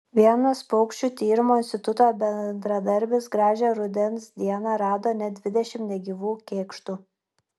vienas paukščių tyrimo instituto bendradarbis gražią rudens dieną rado net dvidešimt negyvų kėkštų